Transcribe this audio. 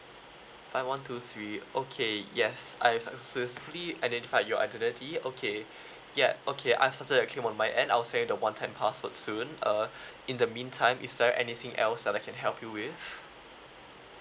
five one two three okay yes I've successfully identified your identity okay ya okay I've started the claim on my end I'll send you the one time password soon uh in the meantime is there anything else that I can help you with